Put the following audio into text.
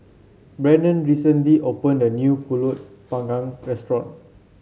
Brannon recently opened a new pulut Panggang restaurant